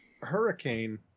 Hurricane